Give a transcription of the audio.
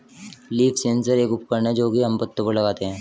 leaf sensor एक उपकरण है जो की हम पत्तो पर लगाते है